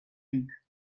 ric